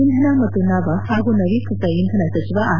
ಇಂಧನ ಮತ್ತು ನವ ಹಾಗೂ ನವೀಕೃತ ಇಂಧನ ಸಚಿವ ಆರ್